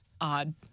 Odd